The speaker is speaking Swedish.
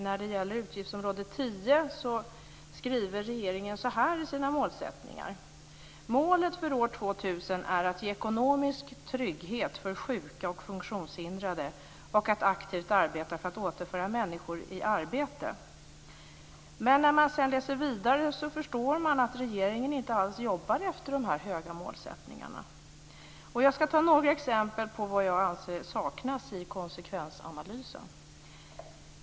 När det gäller utgiftsområde 10 skriver regeringen så här i sina målsättningar: Målet för år 2000 är att ge ekonomisk trygghet för sjuka och funktionshindrade och att aktivt arbeta för att återföra människor i arbete. När man sedan läser vidare förstår man att regeringen inte alls jobbar efter dessa höga målsättningar. Jag ska ta några exempel på vad jag anser saknas i konsekvensanalysen.